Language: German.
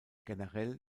generell